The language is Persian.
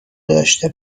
داشته